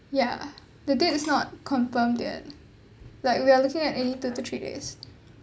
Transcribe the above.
ya the date is not confirmed yet like we are looking at any two to three days